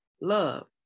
love